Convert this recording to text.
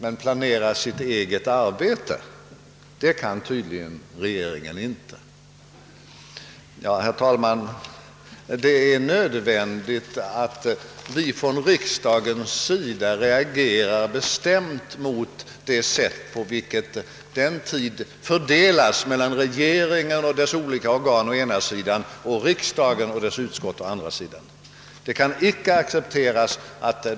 Men planera sitt eget arbete kan tydligen regeringen inte. Herr talman! Det är nödvändigt att vi från riksdagens sida reagerar bestämt emot det sätt, på vilket tiden fördelas mellan regeringen och dess olika organ å ena sidan och riksdagen och dess utskott å andra sidan. Detta kan icke accepteras.